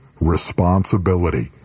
responsibility